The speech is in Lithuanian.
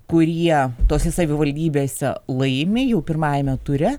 kurie tose savivaldybėse laimi jau pirmajame ture